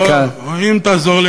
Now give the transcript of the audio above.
אם תעזור לי,